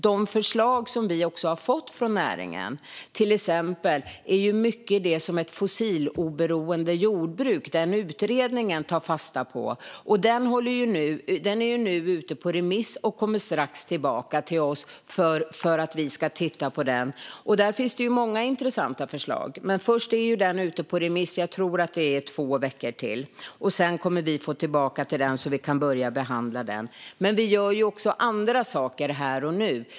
De förslag som vi har fått från näringen är också mycket det som Utredningen om fossiloberoende jordbruk tar fasta på. Den utredningen är nu ute på remiss och kommer strax tillbaka till oss. Där finns det många intressanta förslag. Först ska den vara ute på remiss i två veckor till, tror jag, och sedan kommer vi att få tillbaka den så att vi kan börja behandla den. Men vi gör också andra saker här och nu.